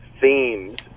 themes